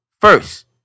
first